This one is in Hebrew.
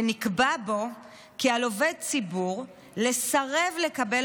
ונקבע בו כי על עובד ציבור לסרב לקבל